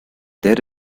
there